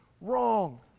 wrong